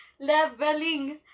leveling